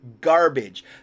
garbage